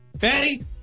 fatty